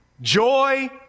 joy